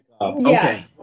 Okay